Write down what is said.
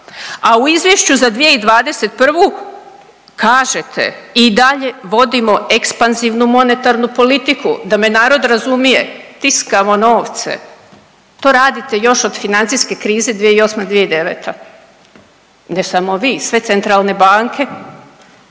a u izvješću za 2021. kažete, i dalje vodimo ekspanzivnu monetarnu politiku. Da me narod razumije, tiskamo novce. To radite još od financijske krize 2008./2009. Ne samo vi, sve centralne banke.